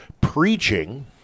preaching